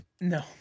No